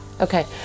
okay